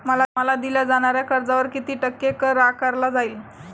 मला दिल्या जाणाऱ्या कर्जावर किती टक्के कर आकारला जाईल?